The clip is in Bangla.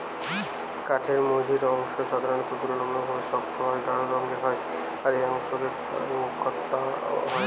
কাঠের মঝির অংশ সাধারণত তুলনামূলকভাবে শক্ত আর গাঢ় রঙের হয় আর এই অংশকে কওয়া হয় অন্তরকাঠ